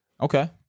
Okay